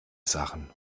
sachen